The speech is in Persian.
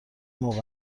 موقع